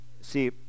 See